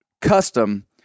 custom